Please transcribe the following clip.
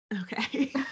okay